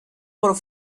por